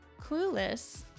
Clueless